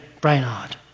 Brainard